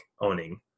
owning